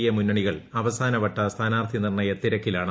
A മുന്നണികൾ അവസാന വട്ട സ്ഥാനാർത്ഥി നിർണയ തിരക്കിലാണ്